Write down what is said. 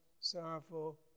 sorrowful